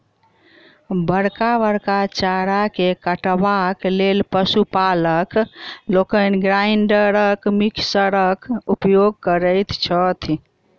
बड़का बड़का चारा के काटबाक लेल पशु पालक लोकनि ग्राइंडर मिक्सरक उपयोग करैत छथि